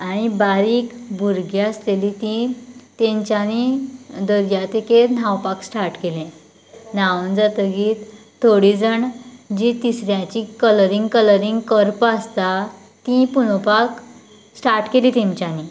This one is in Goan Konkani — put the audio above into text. आनी बारीक भुरगीं आसलेली ती तेंच्यानी दर्या देगेर न्हावपाक स्टार्ट केलें न्हांवन जातकीर थोडे जाण जी तिसऱ्यांची कलरिंग कलरिंग कर्पां आसतात ती पुंजोवपाक स्टार्ट केली तेंच्यानी